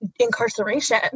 incarceration